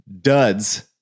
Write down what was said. duds